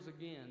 again